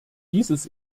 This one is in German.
dieses